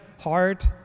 heart